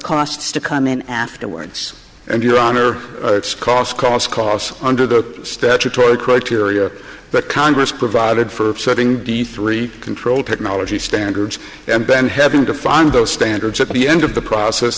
costs to come in afterwards and your honor it's cost cost cost under the statutory criteria that congress provided for setting the three control technology standards and then having to fund those standards at the end of the process